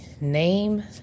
name